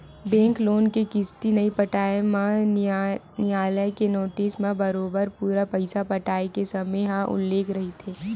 bank loan के किस्ती नइ पटाए म नियालय के नोटिस म बरोबर पूरा पइसा पटाय के समे ह उल्लेख रहिथे